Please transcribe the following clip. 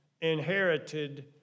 inherited